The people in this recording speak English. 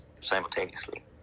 simultaneously